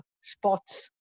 spots